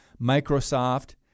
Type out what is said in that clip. Microsoft